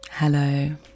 Hello